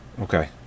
Okay